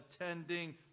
attending